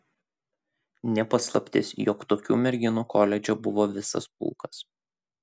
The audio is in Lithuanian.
ne paslaptis jog tokių merginų koledže buvo visas pulkas